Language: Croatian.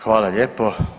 Hvala lijepo.